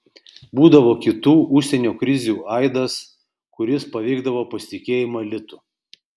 būdavo kitų užsienio krizių aidas kuris paveikdavo pasitikėjimą litu